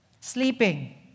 sleeping